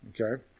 okay